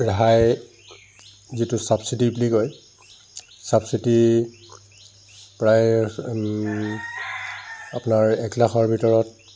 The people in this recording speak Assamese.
ৰেহাই যিটো ছাবচিডি বুলি কয় ছাবচিডি প্ৰায় আপোনাৰ এক লাখৰ ভিতৰত